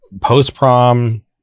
post-prom